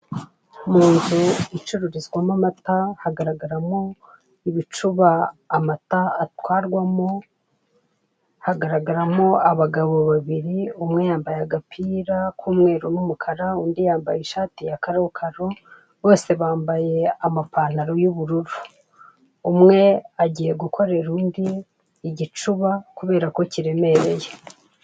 Mu nzu icururizwamo amata hagaragaramo ibicuba amata atwarwamo. Hagaragaramo abagabo babiri umwe yambaye agapira k'umweru n'umukara undi yambaye ishati ya karokaro, bose bambaye amapantaro y'ubururu. Umwe agiye gukorera undi igicuba kuberako kiremereye.